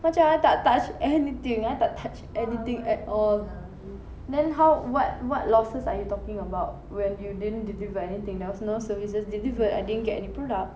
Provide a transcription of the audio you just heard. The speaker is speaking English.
macam I tak touch anything I tak touch anything at all then how what what losses are you talking about when you didn't deliver anything there was no services delivered I didn't get any product